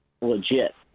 legit